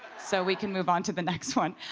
so we can move on to the next one.